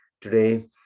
today